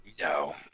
No